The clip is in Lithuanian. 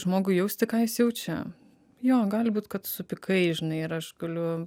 žmogui jausti ką jis jaučia jo gali būt kad supykai žinai ir aš galiu